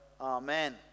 Amen